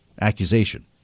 accusation